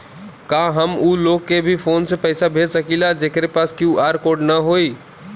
का हम ऊ लोग के भी फोन से पैसा भेज सकीला जेकरे पास क्यू.आर कोड न होई?